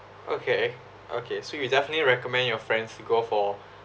okay okay so you definitely recommend your friends to go for